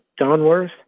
Donworth